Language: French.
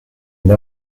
une